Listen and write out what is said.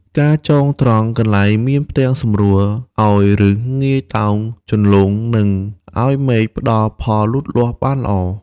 ការចងត្រង់ កន្លែងមានផ្ទាំងសំរួលឱ្យឫសងាយតោងជន្លង់ និង ឱ្យមែកផ្ដល់ផលលូតលាស់បានល្អ។